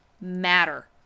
matter